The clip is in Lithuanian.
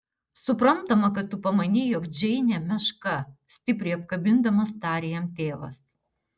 suprantama kad tu pamanei jog džeinė meška stipriai apkabindamas tarė jam tėvas